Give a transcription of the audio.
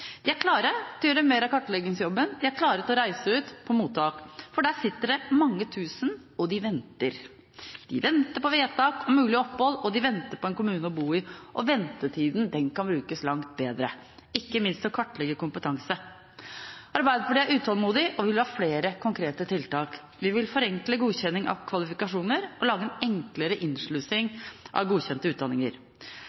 De er klare til å gjøre mer av kartleggingsjobben, de er klare til å reise ut til mottak, for der sitter det mange tusen, og de venter. De venter på vedtak om mulig opphold, og de venter på en kommune å bo i – og ventetida kan brukes langt bedre, ikke minst til å kartlegge kompetanse. Arbeiderpartiet er utålmodig, og vi har flere konkrete tiltak: Vi vil forenkle godkjenning av kvalifikasjoner og lage en enklere innslusing